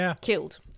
killed